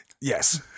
Yes